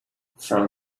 from